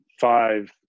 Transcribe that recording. five